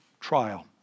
trial